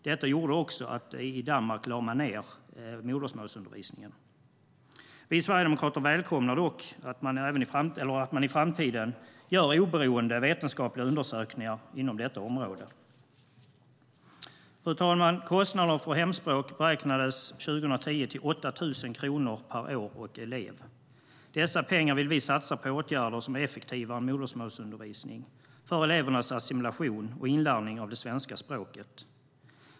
Det var anledningen till att modersmålsundervisningen lades ned i Danmark. Vi sverigedemokrater välkomnar dock att man i framtiden gör oberoende vetenskapliga undersökningar inom detta område. Fru talman! Kostnaden för hemspråk beräknades 2010 till 8 000 kronor per år och elev. Dessa pengar vill vi satsa på åtgärder som är effektivare än modersmålsundervisning för elevernas assimilation och inlärning av det svenska språket.